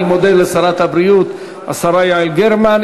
אני מודה לשרת הבריאות, השרה יעל גרמן.